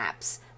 apps